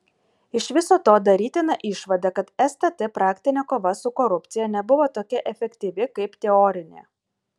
iš viso to darytina išvada kad stt praktinė kova su korupcija nebuvo tokia efektyvi kaip teorinė